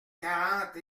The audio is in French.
quarante